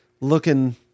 looking